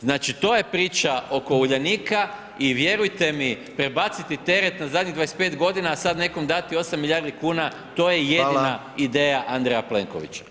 Znači to je priča oko uljanika i vjerujte mi prebaciti teret na zadnjih 25 g. i sada nekom dati 8 milijardi kuna, to je jedina ideja Andreja Plenkovića.